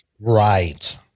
Right